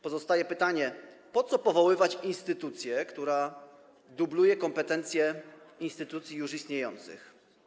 Pozostaje pytanie: Po co powoływać instytucję, która dubluje kompetencje instytucji już istniejących?